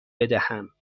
بدهم